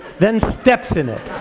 then steps in it.